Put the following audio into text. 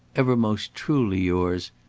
ever most truly yours,